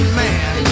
man